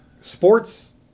sports